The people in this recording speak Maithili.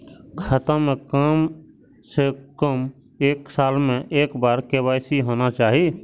खाता में काम से कम एक साल में एक बार के.वाई.सी होना चाहि?